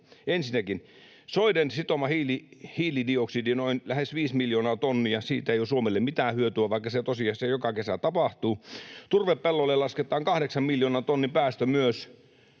Ensinnäkin, soiden sitoma hiilidioksidi, lähes 5 miljoonaa tonnia — siitä ei ole Suomelle mitään hyötyä, vaikka se tosiasiassa joka kesä tapahtuu. Turvepellolle lasketaan 8 miljoonan tonnin päästö myös,